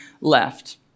left